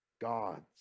gods